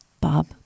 Bob